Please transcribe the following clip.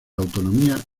autonomía